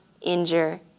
injure